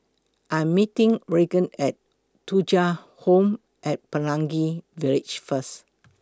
I Am meeting Reagan At Thuja Home At Pelangi Village First